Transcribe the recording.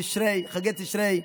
חגי תשרי,